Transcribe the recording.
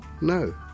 No